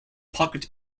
pocket